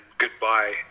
goodbye